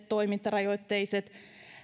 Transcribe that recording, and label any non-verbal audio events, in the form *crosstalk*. *unintelligible* toimintarajoitteisten